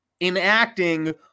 enacting